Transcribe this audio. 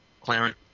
Clarence